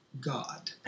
God